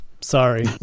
Sorry